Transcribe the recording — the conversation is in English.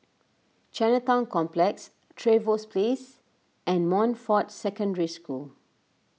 Chinatown Complex Trevose Place and Montfort Secondary School